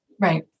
right